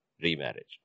remarriage